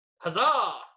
huzzah